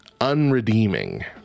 unredeeming